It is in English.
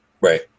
Right